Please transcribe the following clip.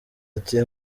ati